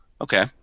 okay